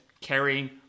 carrying